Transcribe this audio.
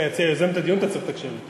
אם היציע יוזם את הדיון, אתה צריך לתקשר אתו.